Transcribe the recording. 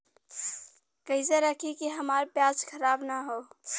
कइसे रखी कि हमार प्याज खराब न हो?